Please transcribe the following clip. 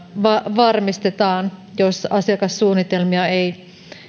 varmistetaan jos asiakassuunnitelmia ei